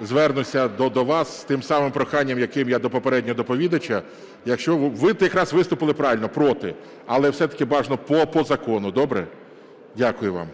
звернуся до вас з тим самим проханням, з яким я до попереднього доповідача, якщо… Ви якраз виступили правильно – проти, але все-таки бажано по закону. Добре? Дякую вам.